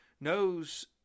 knows